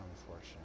unfortunate